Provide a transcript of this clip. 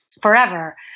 forever